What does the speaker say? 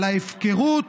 על ההפקרות,